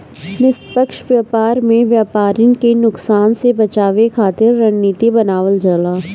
निष्पक्ष व्यापार में व्यापरिन के नुकसान से बचावे खातिर रणनीति बनावल जाला